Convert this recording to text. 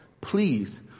please